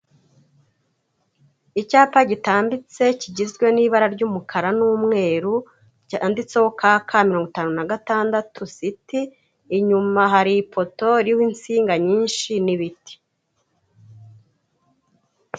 Icyapa gitambitse kigizwe n'ibara ry'umukara n'umweru ryanditseho K K mirongo itanu na gatandatu ST, inyuma hari ipoto ririho insinga nyinshi n'ibiti.